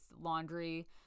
laundry